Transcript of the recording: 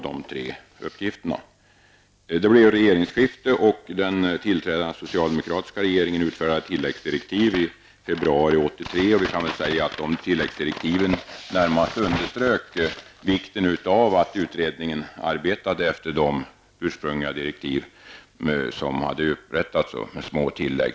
Det blev ett regeringsskifte, och den tillträdande socialdemokratiska regeringen utfärdade i februari 1983 tilläggsdirektiv, vilka närmast underströk vikten av att utredningen arbetade efter de ursprungliga direktiv som hade utfärdats samt gav några små tillägg.